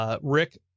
Rick